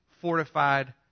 fortified